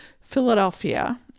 Philadelphia